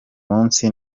munsi